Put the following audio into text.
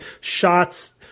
shots